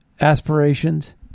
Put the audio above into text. aspirations